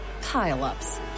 pile-ups